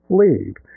leave